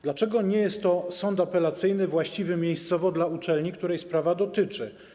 Dlaczego nie jest to sąd apelacyjny właściwy miejscowo dla uczelni, której sprawa dotyczy?